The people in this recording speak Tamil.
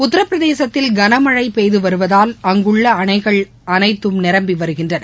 உத்தரப்பிரதேசத்தில் கனமழைபெய்துவருவதால் அங்குள்ளஅணைகள் அனைத்தும் நிரம்பிவருகின்றன